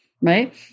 right